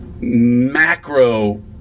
macro